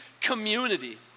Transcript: community